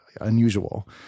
unusual